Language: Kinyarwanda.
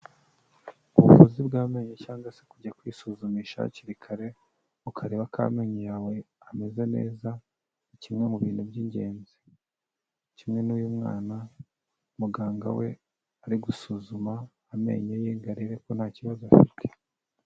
Ubuvuzi bw'amenyo cyangwa se kujya kwisuzumisha hakiri kare, ukareba ko amenyo yawe ameze neza, ni kimwe mu bintu by'ingenzi, kimwe n'uyu mwana muganga we ari gusuzuma amenyo ye ngo arebe ko nta kibazo afite.